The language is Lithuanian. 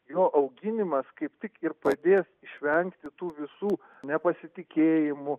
jo auginimas kaip tik ir padės išvengti tų visų nepasitikėjimų